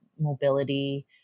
mobility